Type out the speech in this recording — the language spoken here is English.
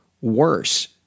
worse